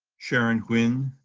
sharon quinn,